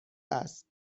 است